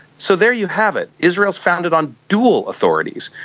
so there you have it, israel is founded on dual authorities.